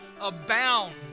abound